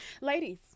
Ladies